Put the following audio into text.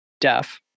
deaf